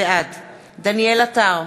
בעד דניאל עטר,